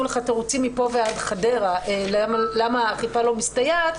תירוצים מפה ועד חדרה למה האכיפה לא מסתייעת,